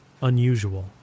unusual